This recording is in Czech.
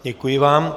Děkuji vám.